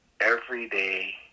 everyday